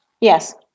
Yes